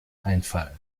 einfallen